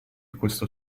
questo